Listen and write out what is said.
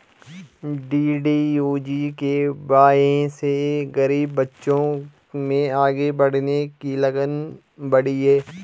DDU GKY से गरीब बच्चों में आगे बढ़ने की लगन बढ़ी है